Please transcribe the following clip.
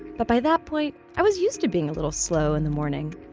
but by that point i was used to being a little slow in the morning.